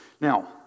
Now